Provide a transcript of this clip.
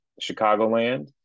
Chicagoland